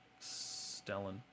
Stellan